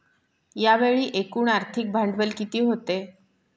यावेळी एकूण आर्थिक भांडवल किती होते?